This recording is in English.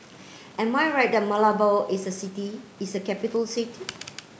am I right that Malabo is a city is a capital city